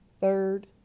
Third